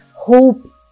hope